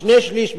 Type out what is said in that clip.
שני-שלישים,